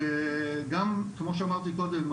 שגם כמו שאמרתי קודם,